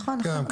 נכון,